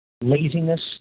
Laziness